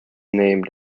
named